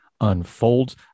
unfolds